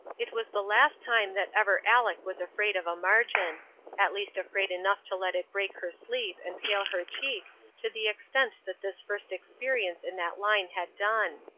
it was the last time that ever aleck was afraid of a margin at least afraid enough to let it break her sleep and pale her cheek to the extent that this first experience in that line had done.